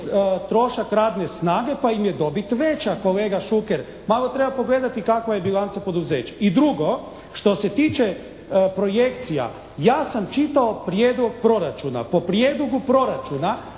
trošak radne snage pa im je dobit veća, kolega Šuker. Malo treba pogledati kakva je bilanca poduzeća. I drugo, što se tiče projekcija, ja sam čitao Prijedlog proračuna. Po Prijedlogu proračuna